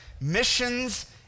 missions